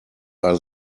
are